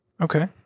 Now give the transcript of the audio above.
Okay